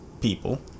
people